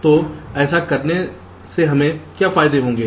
तो ऐसा करने से हमें क्या फायदे होंगे